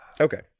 Okay